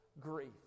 grief